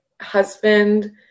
husband